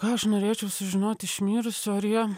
ką aš norėčiau sužinoti iš mirusio ar jie